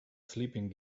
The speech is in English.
sleeping